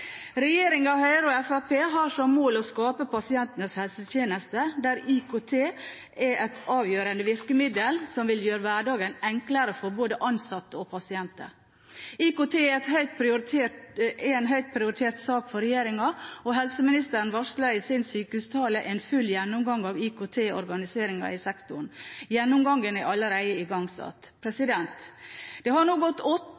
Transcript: har som mål å skape pasientenes helsetjeneste, der IKT er et avgjørende virkemiddel som vil gjøre hverdagen enklere for både ansatte og pasienter. IKT er en høyt prioritert sak for regjeringen, og helseministeren varslet i sin sykehustale en full gjennomgang av IKT-organiseringen i sektoren. Gjennomgangen er allerede igangsatt. Det har gått